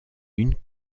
une